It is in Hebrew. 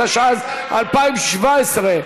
התשע"ז 2017,